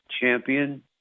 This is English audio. champion